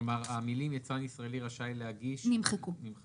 כלומר, המילים "יצרן ישראלי רשאי להגיש" נמחקו,